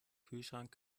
kühlschrank